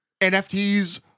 NFTs